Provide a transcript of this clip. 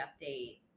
update